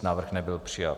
Návrh nebyl přijat.